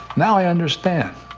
now i understand